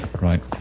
Right